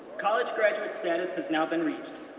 college-graduate status has now been reached.